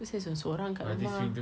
then saya sorang sorang kat rumah